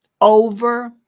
Over